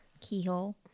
Keyhole